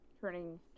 turning